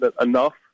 enough